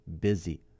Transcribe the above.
busy